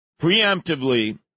preemptively